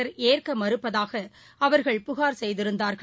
தங்கள் ஏற்கமறுப்பதாகஅவர்கள் புகார் செய்திருந்தார்கள்